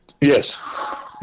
yes